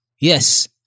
Yes